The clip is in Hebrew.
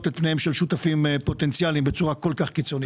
את פניהם של שותפים פוטנציאליים בצורה כל כך קיצונית.